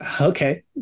Okay